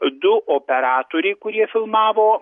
du operatoriai kurie filmavo